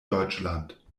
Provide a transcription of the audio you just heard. deutschland